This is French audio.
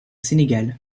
sénégal